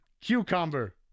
Cucumber